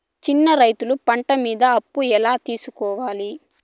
చిన్న రైతులు పంట మీద అప్పు ఎలా తీసుకోవాలి?